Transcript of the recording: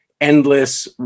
endless